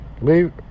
Leave